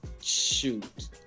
shoot